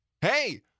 hey